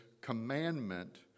commandment